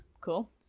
cool